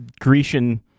Grecian